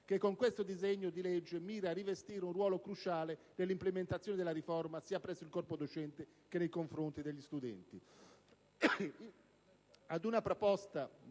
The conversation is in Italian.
che, con questo disegno di legge, mira a rivestire un ruolo cruciale nell'implementazione della riforma, sia presso il corpo docente che nei confronti degli studenti.